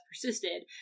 persisted